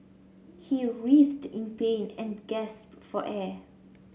he writhed in pain and gasped for air